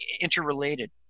interrelated